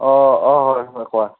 অঁ অঁ হয় হয় কোৱা